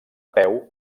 peu